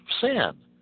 sin